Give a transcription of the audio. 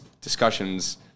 discussions